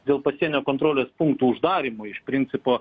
dėl pasienio kontrolės punktų uždarymo iš principo